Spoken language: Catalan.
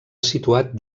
situat